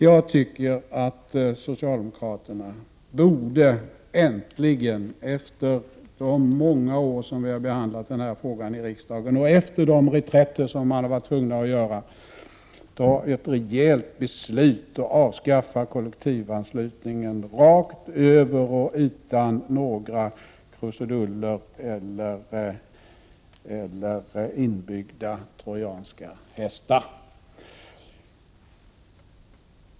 Jag tycker att socialdemokraterna äntligen borde, efter de många år som vi har behandlat den här frågan i riksdagen och efter de reträtter de har varit tvungna att göra, ta ett rejält beslut om att avskaffa kollektivanslutningen rakt över, utan några krusiduller eller inbyggda trojanska hästar.